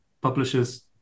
publishers